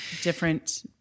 different